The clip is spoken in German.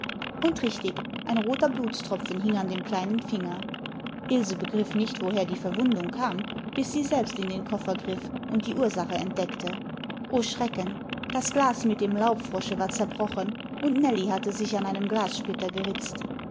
und richtig ein roter blutstropfen hing an dem kleinen finger ilse begriff nicht woher die verwundung kam bis sie selbst in den koffer griff und die ursache entdeckte o schrecken das glas mit dem laubfrosche war zerbrochen und nellie hatte sich an einem glassplitter geritzt